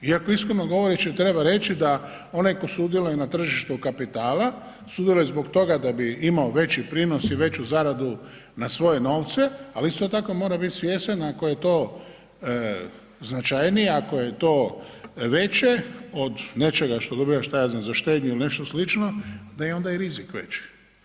Iako iskreno govoreći treba reći da onaj ko sudjeluje na tržištu kapitala, sudjeluje zbog toga da bi imao veći prinos i veću zaradu na svoje novce, ali isto tako mora biti svjestan ako je to značajnije, ako je to veće od nečega što dobiva, šta ja znam za štednju ili nešto slično, da je onda i rizik veći.